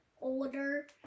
older